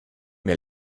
mir